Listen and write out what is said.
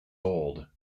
old